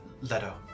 Leto